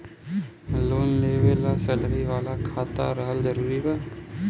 Loan लेवे ला salary वाला खाता रहल जरूरी बा?